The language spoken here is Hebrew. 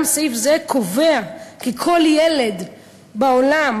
גם סעיף זה קובע כי כל ילד בעולם,